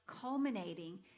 culminating